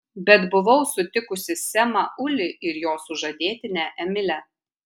bet buvau sutikusi semą ulį ir jo sužadėtinę emilę